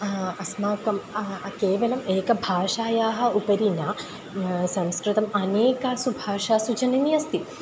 अस्माकं केवलम् एकभाषायाः उपरि न संस्कृतम् अनेकासु भाषासु जननी अस्ति